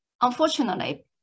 unfortunately